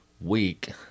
week